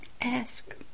ask